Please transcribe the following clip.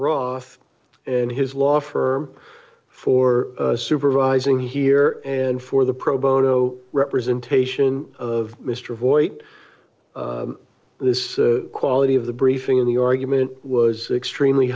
roth and his law firm for supervising here and for the pro bono representation of mr avoid this quality of the briefing in the argument was extremely